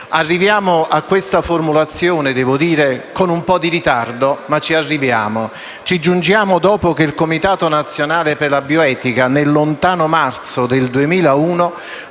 Arriviamo a questa formulazione con un po' di ritardo, ma ci arriviamo. Ci giungiamo dopo che il Comitato nazionale per la bioetica, nel lontano marzo del 2001,